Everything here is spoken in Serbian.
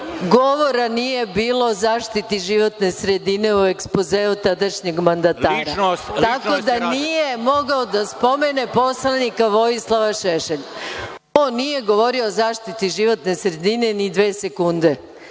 govora nije bilo o zaštiti životne sredine u ekspozeu tadašnjeg mandatara. Tako da nije mogao da spomene poslanika Vojislava Šešelja, on nije govorio o zaštiti životne sredine ni dve sekunde.